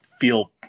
feel